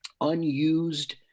unused